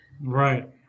right